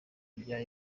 kujya